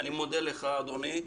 אני מודה לך אדוני.